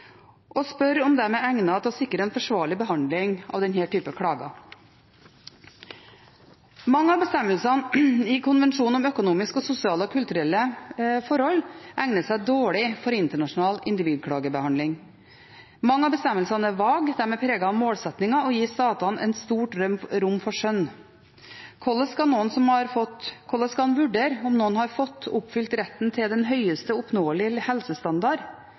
og spør om de er egnet til å sikre en forsvarlig behandling av denne typen klager. Mange av bestemmelsene i konvensjonen om økonomiske, sosiale og kulturelle forhold egner seg dårlig for internasjonal individklagebehandling. Mange av bestemmelsene er vage, de er preget av målsettinger og gir statene et stort rom for skjønn. Hvorledes skal en vurdere om noen har fått oppfylt retten til den høyeste oppnåelige helsestandard